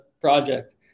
project